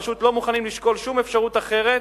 פשוט לא מוכנים לשקול שום אפשרות אחרת